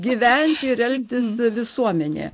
gyventi ir elgtis visuomenėje